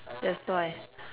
that's why